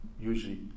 Usually